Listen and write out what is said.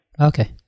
Okay